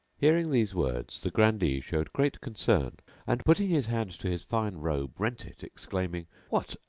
hearing these words the grandee showed great concern and, putting his hand to his fine robe, rent it exclaiming, what!